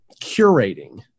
curating